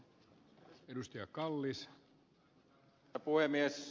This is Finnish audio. arvoisa herra puhemies